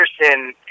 Anderson